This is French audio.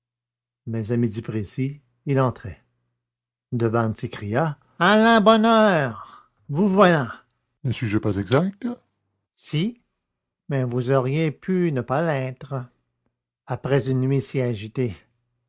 mais à midi précis il entrait devanne s'écria à la bonne heure vous voilà ne suis-je pas exact si mais vous auriez pu ne pas l'être après une nuit si agitée